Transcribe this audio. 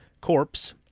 corpse